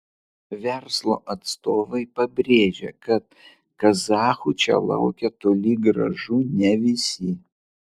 verslo atstovai pabrėžia kad kazachų čia laukia toli gražu ne visi